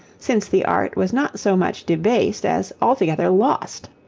since the art was not so much debased as altogether lost.